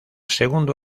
segundo